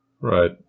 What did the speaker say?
right